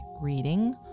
reading